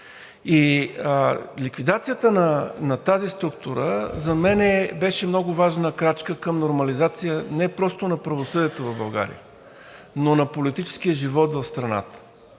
Ликвидацията на тази структура за мен беше много важна крачка към нормализация не просто на правосъдието в България, но и на политическия живот в страната.